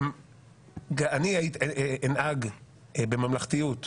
אני אנהג בממלכתיות ראויה.